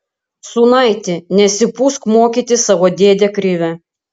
sūnaiti nesipūsk mokyti savo dėdę krivę